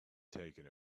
taken